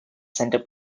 center